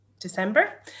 December